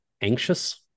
anxious